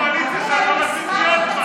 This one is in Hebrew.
אנחנו חלק מקואליציה שאת לא רצית להיות בה.